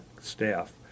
staff